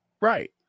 Right